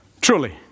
Truly